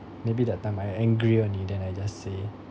maybe that time I angry only then I just say